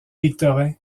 victorin